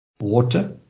water